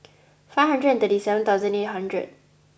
five hundred and thirty seven thousand eight hundred